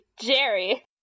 Jerry